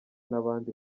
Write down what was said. n’abandi